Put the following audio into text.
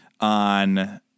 on